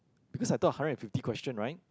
because I thought a hundred and fifty question right